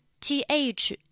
TH